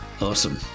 Awesome